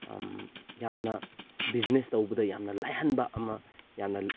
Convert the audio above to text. ꯌꯥꯝꯅ ꯕꯤꯖꯤꯅꯦꯁ ꯇꯧꯕꯗ ꯌꯥꯝꯅ ꯂꯥꯏꯍꯟꯕ ꯑꯃ ꯌꯥꯝꯅ